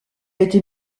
était